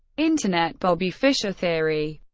internet bobby fischer theory